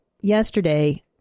yesterday